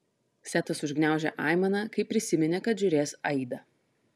setas užgniaužė aimaną kai prisiminė kad žiūrės aidą